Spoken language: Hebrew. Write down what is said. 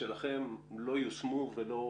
לא יושמו ולא